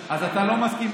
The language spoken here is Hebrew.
אז אתה לא מסכים?